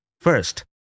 First